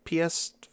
PS